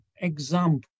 example